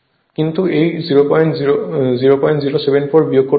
কিন্তু এই 0074 বিয়োগ করতে হবে